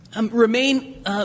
remain